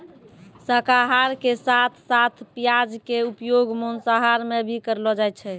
शाकाहार के साथं साथं प्याज के उपयोग मांसाहार मॅ भी करलो जाय छै